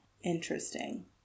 interesting